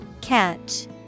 Catch